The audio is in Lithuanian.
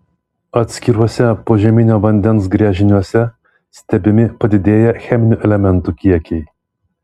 atskiruose požeminio vandens gręžiniuose stebimi padidėję cheminių elementų kiekiai